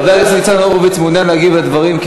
חבר הכנסת ניצן הורוביץ מעוניין להגיב על הדברים,